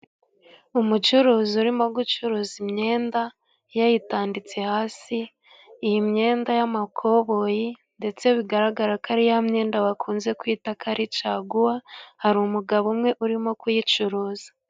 Umucuruzi urimo gucuruza imyenda, yayitaditse hasi. Iyi myenda y'amakoboyi ndetse bigaragara ko ari ya myenda bakunze kwita caguwa. Hari umugabo umwe urimo kuyicuruza.